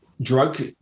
drug